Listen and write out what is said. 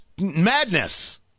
madness